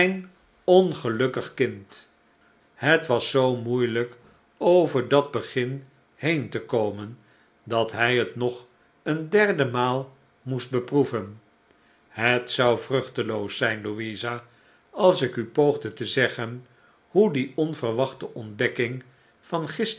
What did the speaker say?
ongelukkig kind het was zoo moeielijk over dat begin heen te komen dat hij het nog eene derde maal moest beproeven het zou vruchteloos zijn louisa als ik u poogde te zeggen hoe die onverwachte ontdekking van